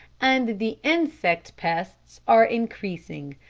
and the insect pests are increasing.